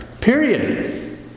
Period